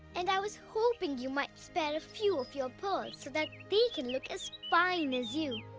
and i was hoping you might spare a few of your pearls so that they can look as fine as you.